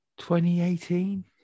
2018